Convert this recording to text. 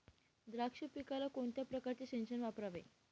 द्राक्ष पिकाला कोणत्या प्रकारचे सिंचन वापरावे?